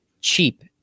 cheap